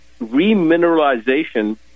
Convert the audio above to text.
remineralization